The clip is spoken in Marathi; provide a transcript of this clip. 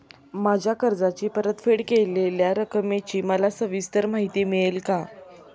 माझ्या कर्जाची परतफेड केलेल्या रकमेची मला सविस्तर माहिती मिळेल का?